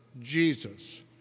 Jesus